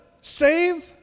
save